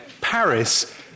Paris